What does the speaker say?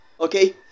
Okay